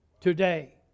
today